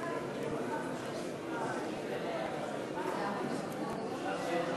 גם לרשותך עד שלוש